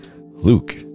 Luke